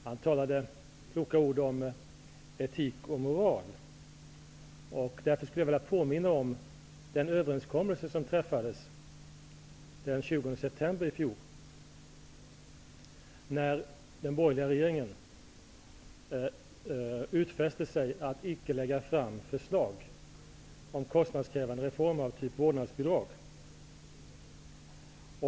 Han talade kloka ord om etik och moral, och därför skulle jag vilja påminna om den överenskommelse som träffades den 20 Den borgerliga regeringen utfäste sig då att icke lägga fram förslag om kostnadskrävande reformer av typen vårdnadsbidrag.